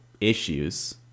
issues